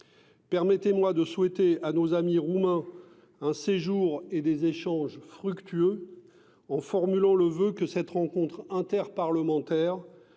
Permettez-moi de souhaiter à nos amis roumains un séjour et des échanges fructueux, en formant le voeu que cette rencontre interparlementaire